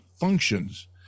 functions